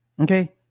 Okay